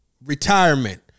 retirement